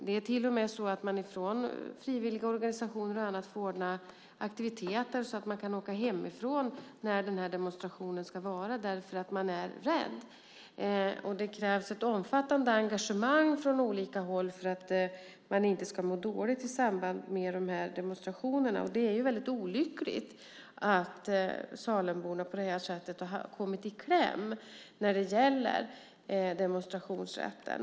Det är till och med så att frivilligorganisationer och andra får ordna aktiviteter så att folk kan resa hemifrån när den här demonstrationen är för att de är rädda. Det krävs ett omfattande engagemang från olika håll för att man inte ska må dåligt i samband med de här demonstrationerna. Det är väldigt olyckligt att Salemborna på det här sättet har kommit i kläm när det gäller demonstrationsrätten.